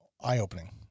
eye-opening